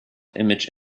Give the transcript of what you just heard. image